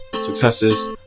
successes